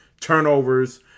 turnovers